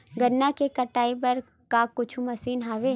गन्ना के कटाई बर का कुछु मशीन हवय?